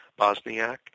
Bosniak